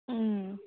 ꯎꯝ